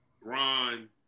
Ron